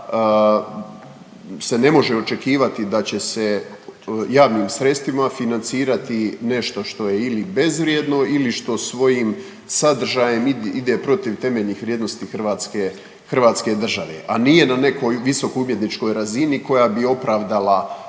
kaže da se ne može očekivati da će se javnim sredstvima financirati nešto što je ili bezvrijedno ili što svojim sadržajem ide protiv temeljnih vrijednosti Hrvatske države, a nije na nekoj visoko umjetničkoj razini koja bi opravdala čak